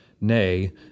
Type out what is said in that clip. nay